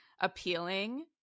appealing